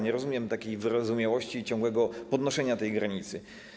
Nie rozumiem takiej wyrozumiałości i ciągłego podnoszenia tej granicy.